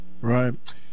Right